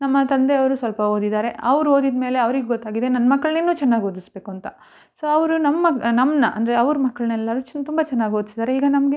ನಮ್ಮ ತಂದೆಯವರು ಸ್ವಲ್ಪ ಓದಿದ್ದಾರೆ ಅವ್ರು ಓದಿದಮೇಲೆ ಅವ್ರಿಗೆ ಗೊತ್ತಾಗಿದೆ ನನ್ನ ಮಕ್ಳನ್ನು ಇನ್ನೂ ಚೆನ್ನಾಗಿ ಓದಿಸಬೇಕು ಅಂತ ಸೊ ಅವರು ನಮ್ಮ ನಮ್ಮನ್ನು ಅಂದರೆ ಅವ್ರ ಮಕ್ಳನ್ನೆಲ್ಲರೂ ಚ್ ತುಂಬ ಚೆನ್ನಾಗಿ ಓದಿಸಿದ್ದಾರೆ ಈಗ ನಮಗೆ